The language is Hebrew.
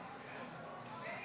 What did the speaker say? לאומי,